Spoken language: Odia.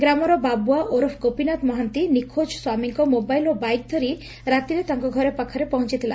ଗ୍ରାମର ବାବୁଆ ଓରଫ ଗୋପୀନାଥ ମହାନ୍ତ ନିଖୋଜ ସ୍ୱାମୀଙ୍କ ମୋବାଇଲ ଓ ବାଇକ୍ ଧରି ରାତିରେ ତାଙ୍କ ଘର ପାଖରେ ପହଞ୍ଚଥିଲା